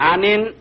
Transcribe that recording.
Anin